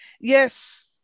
Yes